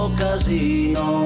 casino